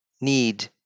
need